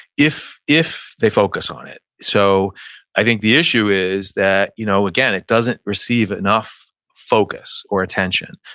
if if they focus on it so i think the issue is that you know again, it doesn't receive enough focus or attention.